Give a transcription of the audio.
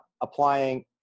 applying